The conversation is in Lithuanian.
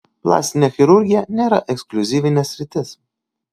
plastinė chirurgija nėra ekskliuzyvinė sritis